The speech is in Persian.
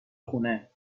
خونه